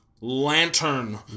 Lantern